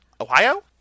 ohio